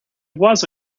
was